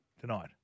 tonight